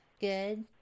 good